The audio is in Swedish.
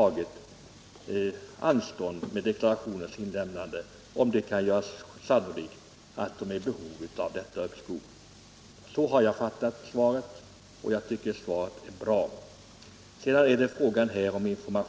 att ge anstånd med deklarationens inlämnande om det kan göras sannolikt att det föreligger behov av uppskov. Så har jag fattat svaret, och jag tycker att det svaret är bra.